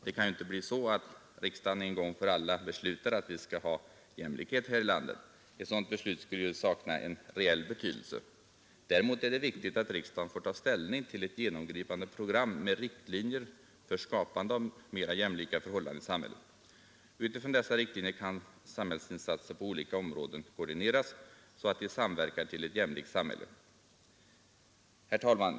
Det kan ju inte bli så att riksdagen en gång för alla beslutar att vi skall ha jämlikhet här i landet. Ett sådant beslut skulle ju sakna reell betydelse. Däremot är det viktigt att riksdagen får ta ställning till ett genomgripande program med riktlinjer för skapande av mera jämlika förhållanden i samhället. Utifrån dessa riktlinjer kan samhällsinsatser på olika områden koordineras så att de samverkar till ett jämlikt samhälle. Herr talman!